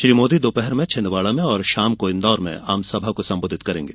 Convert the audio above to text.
श्री मोदी दोपहर में छिदवाड़ा में और शाम को इन्दौर में आमसभा को संबोधित करेंगे